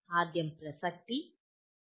ആദ്യം "പ്രസക്തി"